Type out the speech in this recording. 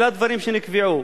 אלה הדברים שנקבעו.